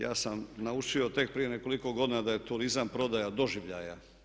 Ja sam naučio tek prije nekoliko godina da je turizam prodaja doživljaja.